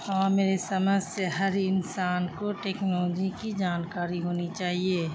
ہاں میرے سمجھ سے ہر انسان کو ٹیکنالوجی کی جانکاری ہونی چاہیے